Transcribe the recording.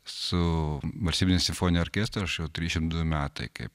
su valstybiniu simfoniniu orkestru aš jau trišim du metai kaip